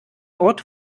ort